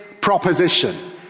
proposition